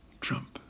Trump